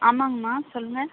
ஆமாங்கமா சொல்லுங்க